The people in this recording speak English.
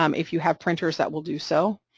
um if you have printers that will do so,